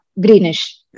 greenish